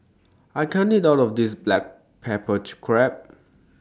I can't eat All of This Black Pepper Crab